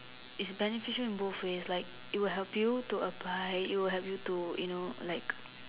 is beneficial in both ways like it will help you to apply it will help you to you know like